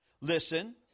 listen